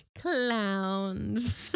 Clowns